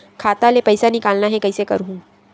खाता ले पईसा निकालना हे, कइसे करहूं?